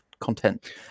content